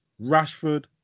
Rashford